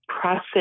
process